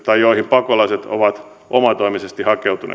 pakolaiset ovat omatoimisesti hakeutuneet